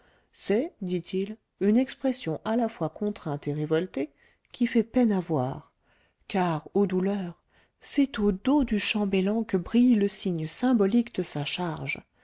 c'est dit-il une expression à la fois contrainte et révoltée qui fait peine à voir car ô douleur c'est au dos du chambellan que brille le signe symbolique de sa charge